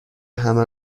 همه